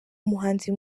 umuhanzi